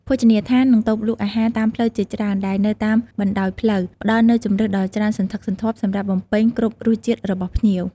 ភោជនីយដ្ឋាន និងតូបលក់អាហារតាមផ្លូវជាច្រើន ដែលនៅតាមបណ្ដោយផ្លូវ ផ្ដល់នូវជម្រើសដ៏ច្រើនសន្ធឹកសន្ធាប់សម្រាប់បំពេញគ្រប់រសជាតិរបស់ភ្ញៀវ។